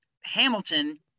Hamilton